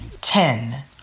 Ten